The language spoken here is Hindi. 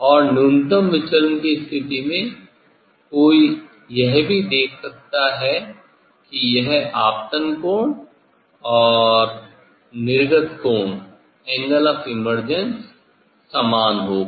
और न्यूनतम विचलन कि स्थिति में कोई यह भी देख सकता है कि यह आपतन कोण और निर्गत कोण समान होगा